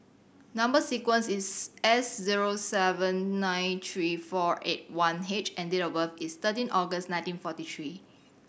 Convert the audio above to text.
number sequence is S zero seven nine three four eight one H and date of birth is thirteen August nineteen forty three